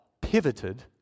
pivoted